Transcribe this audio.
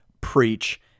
preach